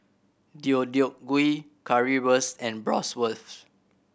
Deodeok Gui Currywurst and Bratwurst